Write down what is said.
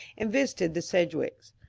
and visited the sedgwicks.